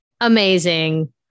amazing